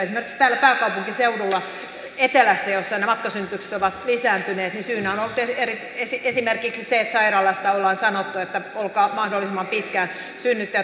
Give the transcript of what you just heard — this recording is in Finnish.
esimerkiksi täällä pääkaupunkiseudulla etelässä missä ne matkasynnytykset ovat lisääntyneet syynä on ollut esimerkiksi se että sairaalasta ollaan sanottu että olkaa mahdollisimman pitkään synnyttäjät kotona